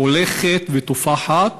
הולכת ותופחת,